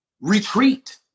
retreat